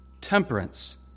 temperance